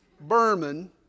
Berman